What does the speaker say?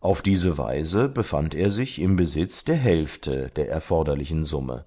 auf diese weise befand er sich im besitz der hälfte der erforderlichen summe